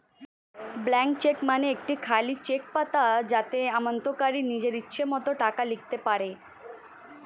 blank cheque মানে একটি খালি চেক পাতা যাতে আমানতকারী নিজের ইচ্ছে মতো টাকা লিখতে পারে